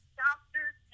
doctors